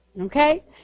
Okay